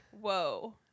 Whoa